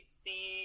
see